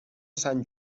sant